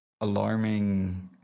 alarming